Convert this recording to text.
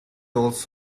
улс